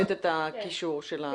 מצוין,